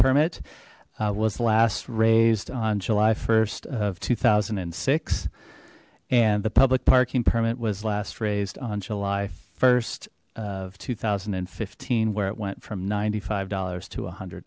permit was last raised on july st of two thousand and six and the public parking permit was last raised on july st of two thousand and fifteen where it went from ninety five dollars to one hundred